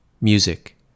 Music